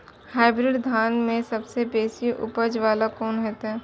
Hybrid धान में सबसे बेसी उपज बाला कोन हेते?